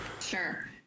Sure